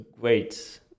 great